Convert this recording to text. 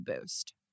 boost